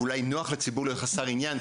אבל אולי זה נוח לציבור להיות חסר עניין,